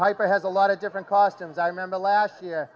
hyper has a lot of different costumes i remember last year